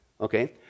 Okay